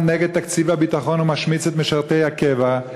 נגד תקציב הביטחון ומשמיץ את משרתי הקבע.